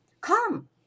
Come